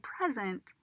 present